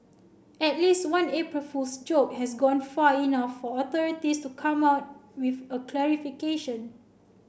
at least one April Fool's joke has gone far enough for authorities to come out with a clarification